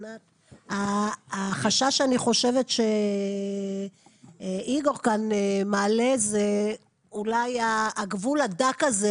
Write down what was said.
מבחינת החשש שאני חושבת שאיגור כאן מעלה זה אולי הגבול הדק הזה